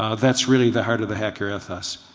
ah that's really the heart of the hacker ethos.